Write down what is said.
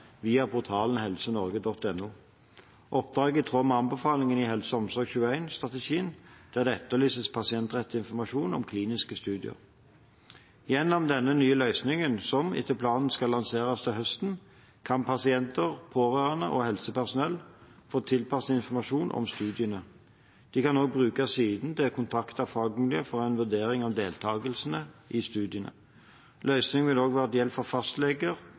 via portalen helsenorge.no. Oppdraget er i tråd med anbefalingene i HelseOmsorg21-strategien, der det etterlyses pasientrettet informasjon om kliniske studier. Gjennom denne nye løsningen, som etter planen skal lanseres til høsten, kan pasienter, pårørende og helsepersonell få tilpasset informasjon om studiene. De kan også bruke siden til å kontakte fagmiljøene for en vurdering av deltakelse i studien. Løsningen vil også være til hjelp for fastleger,